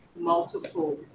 multiple